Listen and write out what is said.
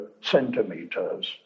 centimeters